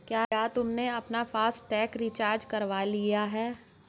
क्या तुमने अपना फास्ट टैग रिचार्ज करवा लिया है?